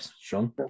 Sean